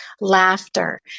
laughter